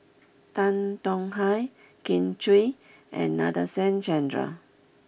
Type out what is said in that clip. Tan Tong Hye Kin Chui and Nadasen Chandra